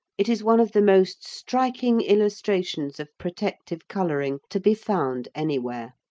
it is one of the most striking illustrations of protective colouring to be found anywhere.